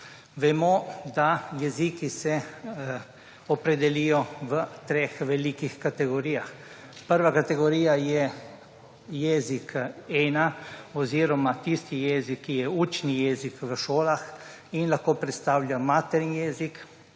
Vemo, da jeziki se opredelijo v treh velikih kategorijah. Prva kategorija je jezik 1 oziroma tisti jezik, ki je učni jezik v šolah in lahko predstavlja materni jezik;